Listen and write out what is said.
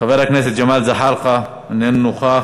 חבר הכנסת ג'מאל זחאלקה, איננו נוכח,